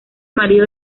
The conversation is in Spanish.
marido